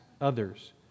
others